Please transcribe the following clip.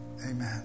Amen